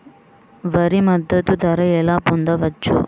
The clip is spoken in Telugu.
వరి మద్దతు ధర ఎలా పొందవచ్చు?